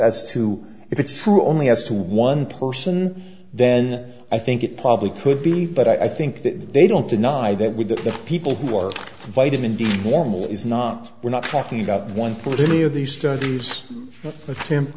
as to if it's true only as to one person then i think it probably could be but i think that they don't deny that we the people who are vitamin d warming is not we're not talking about one point any of these studies attempt